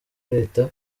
leta